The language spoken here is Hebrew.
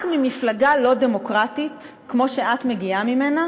רק ממפלגה לא דמוקרטית כמו זו שאת מגיעה ממנה